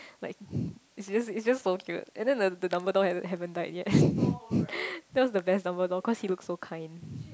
like it's just it's just so cute and then the the Dumbledore haven't haven't died yet that was the best Dumbledore cause he look so kind